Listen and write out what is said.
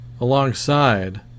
alongside